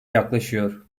yaklaşıyor